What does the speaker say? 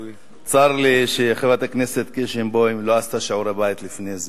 צר לי שחברת הכנסת קירשנבאום לא עשתה שיעורי בית לפני זה.